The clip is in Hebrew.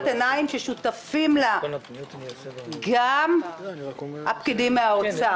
עיניים ששותפים לה גם הפקידים מהאוצר,